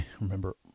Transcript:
remember